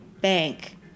bank